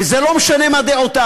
וזה לא משנה מה דעותי